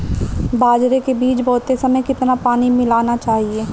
बाजरे के बीज बोते समय कितना पानी मिलाना चाहिए?